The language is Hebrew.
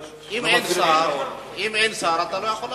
אם אין שר אתה לא יכול להמשיך,